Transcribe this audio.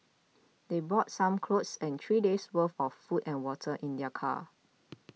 they brought some clothes and three days' worth of food and water in their car